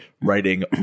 writing